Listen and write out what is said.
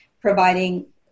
providing